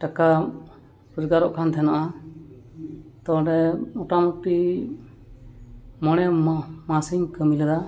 ᱴᱟᱠᱟ ᱨᱚᱡᱽᱜᱟᱨᱚᱜ ᱠᱟᱱ ᱛᱟᱦᱮᱱᱚᱜᱼᱟ ᱛᱚ ᱚᱸᱰᱮ ᱢᱚᱴᱟᱢᱩᱴᱤ ᱢᱚᱬᱮ ᱢᱟᱥ ᱤᱧ ᱠᱟᱹᱢᱤ ᱞᱮᱫᱟ